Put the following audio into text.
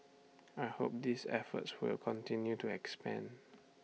I hope these efforts will continue to expand